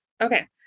Okay